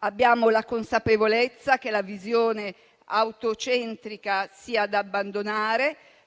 Abbiamo la consapevolezza che la visione auto centrica sia da abbandonare